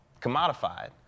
commodified